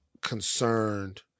concerned